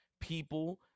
people